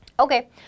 Okay